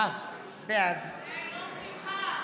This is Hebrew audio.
בעד יום שמחה,